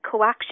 CoAction